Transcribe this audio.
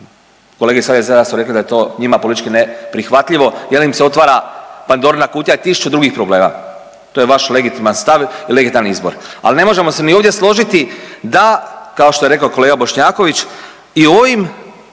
kolege iz HDZ-a su rekle da je to njima politički neprihvatljivo jer im se otvara Pandorina kutija i tisuću drugih problema, to je vaš legitiman stav i legitiman izbor. Ali ne možemo se ni ovdje složiti da kao što je rekao kolega Bošnjaković i u ovim